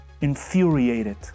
infuriated